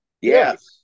Yes